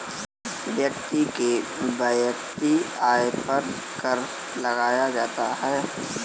व्यक्ति के वैयक्तिक आय पर कर लगाया जाता है